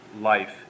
life